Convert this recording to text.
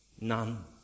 none